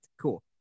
Cool